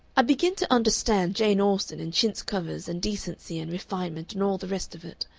i begin to understand jane austen and chintz covers and decency and refinement and all the rest of it.